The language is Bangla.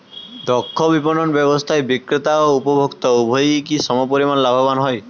দক্ষ বিপণন ব্যবস্থায় বিক্রেতা ও উপভোক্ত উভয়ই কি সমপরিমাণ লাভবান হয়?